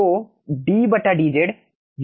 तो ddz है